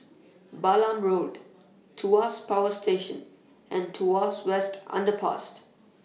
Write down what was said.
Balam Road Tuas Power Station and Tuas West Underpass